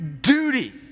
duty